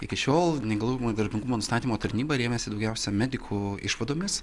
iki šiol neįgalumo darbingumo nustatymo tarnyba rėmėsi daugiausia medikų išvadomis